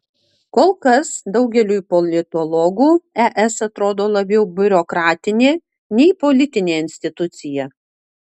kol kas daugeliui politologų es atrodo labiau biurokratinė nei politinė institucija